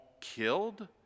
killed